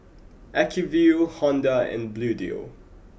Acuvue Honda and Bluedio